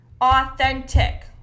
authentic